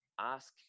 ask